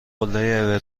قله